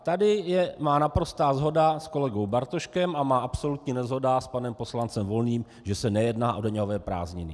Tady je má naprostá shoda s kolegou Bartoškem a má absolutní neshoda s panem poslancem Volným, že se nejedná o daňové prázdniny.